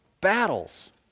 battles